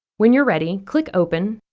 when you're ready, click open,